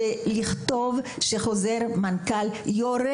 לכתוב חוזר מנכ"ל שיורה